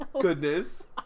goodness